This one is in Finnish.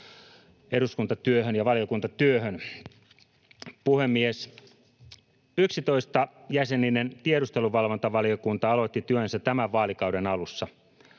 eduskuntatyöhön ja valiokuntatyöhön: Puhemies! 11-jäseninen tiedusteluvalvontavaliokunta aloitti työnsä tämän vaalikauden alussa.